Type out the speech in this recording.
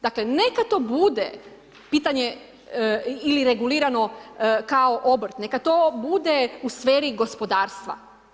Dakle neka to bude pitanje ili regulirano kao obrt, neka to bude u sferi gospodarstva.